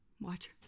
Watch